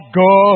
go